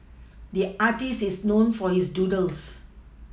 the artist is known for his doodles